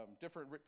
different